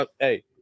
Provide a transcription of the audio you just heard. Hey